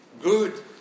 Good